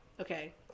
Okay